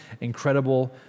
incredible